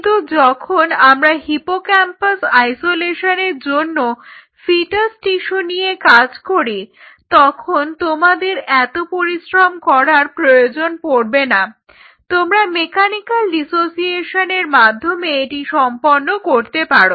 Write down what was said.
কিন্তু যখন আমরা হিপোক্যাম্পাস আইসোলেশনের জন্য ফিটাস টিস্যু নিয়ে কাজ করি তখন তোমাদের এতো পরিশ্রম করার প্রয়োজন পড়বে না তোমরা মেকানিক্যাল ডিসোসিয়েশনের মাধ্যমে এটি সম্পন্ন করতে পারো